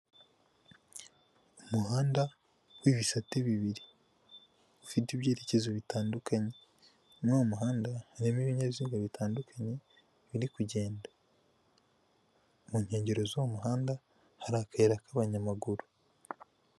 Umuhanda w'ibisate bibiri ufite ibyerekezo bitandukanye muri uwo muhanda harimo ibinyabiziga bibiri bitandukanye biri kugenda mu nkengero z'uwo muhanda hari akayira k'abanyamaguru.